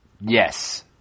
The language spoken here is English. Yes